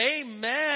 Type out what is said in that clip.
amen